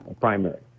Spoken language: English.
primary